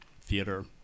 theater